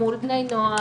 מול בני נוער,